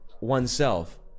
oneself